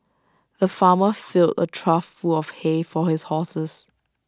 the farmer filled A trough full of hay for his horses